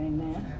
Amen